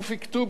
תופיק טובי,